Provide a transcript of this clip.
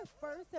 first